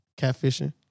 catfishing